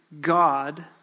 God